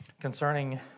Concerning